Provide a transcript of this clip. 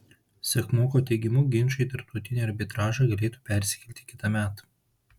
sekmoko teigimu ginčai į tarptautinį arbitražą galėtų persikelti kitąmet